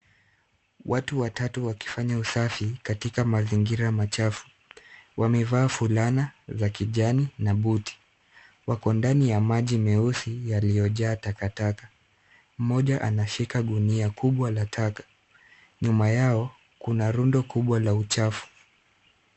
Watu watatu wakifanya usafi katika mazingira machafu wamevaa fulana za kijani na buti. Wako ndani ya maji meusi yaliyojaa takataka. Mmoja anashika gunia kubwa la taka. Nyuma yao, kuna rundo kubwa la uchafu.